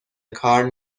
کار